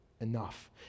enough